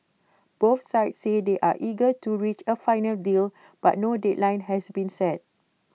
both sides say they are eager to reach A final deal but no deadline has been set